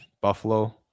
Buffalo